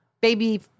Baby